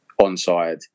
onside